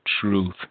truth